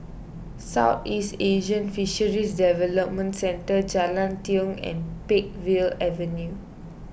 Southeast Asian Fisheries Development Centre Jalan Tiong and Peakville Avenue